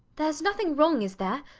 theres nothing wrong, is there?